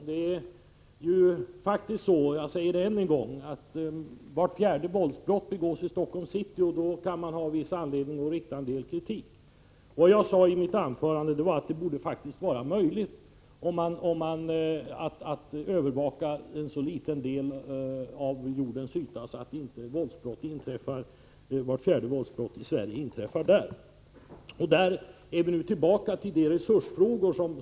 Jag vill än en gång påpeka att vart fjärde våldsbrott i Sverige begås i Stockholms city, och därför finns det anledning att framföra en del kritik. Jag sade i mitt inledningsanförande att det borde vara möjligt att övervaka en så liten del av jordens yta så att inte vart fjärde våldsbrott i Sverige inträffar här. Därmed är vi tillbaka till resursfrågorna.